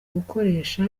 gukoresha